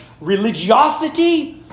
religiosity